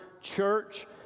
church